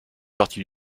partie